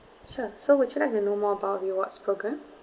sure so would you like to know more about our rewards programme